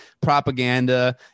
propaganda